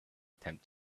attempt